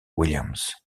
williams